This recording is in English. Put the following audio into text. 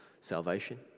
salvation